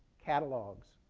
catalogs.